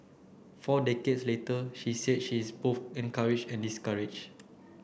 four decades later she said she is both encouraged and discouraged